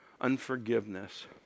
unforgiveness